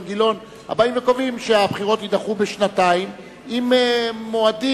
גילאון הבאים וקובעים שהבחירות יידחו בשנתיים עם מועדים